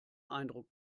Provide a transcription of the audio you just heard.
eindruck